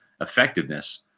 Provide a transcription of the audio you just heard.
effectiveness